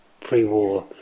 pre-war